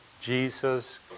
Jesus